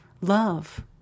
love